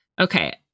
okay